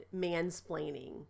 mansplaining